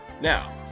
Now